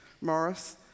Morris